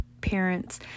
parents